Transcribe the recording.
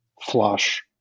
flush